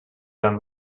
young